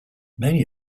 many